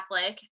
Catholic